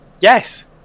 yes